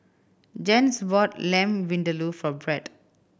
Jens bought Lamb Vindaloo for Brett